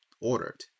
Ordered